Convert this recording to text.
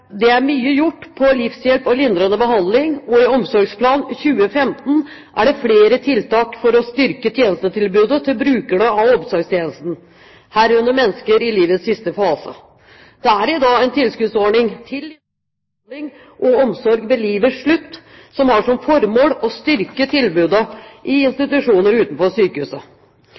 mye når det gjelder livshjelp og lindrende behandling, og i Omsorgsplan 2015 er det flere tiltak for å styrke tjenestetilbudet til brukere av omsorgstjenesten, herunder mennesker i livets siste fase. Det er i dag en tilskuddsordning for lindrende behandling og omsorg ved livets slutt som har som formål å styrke tilbudet i institusjoner utenfor sykehuset.